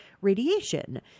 radiation